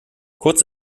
kurz